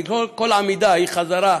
כי כל עמידה היא חזרה,